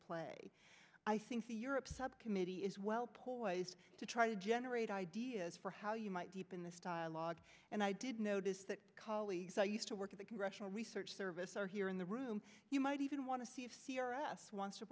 play i think the europe subcommittee is well poised to try to generate ideas for how you might keep in the style log and i did notice that colleagues i used to work at the congressional research service are here in the room you might even want to see if c r s wants to